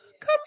come